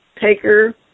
Taker